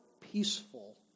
peaceful